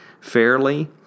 fairly